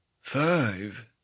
five